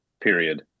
period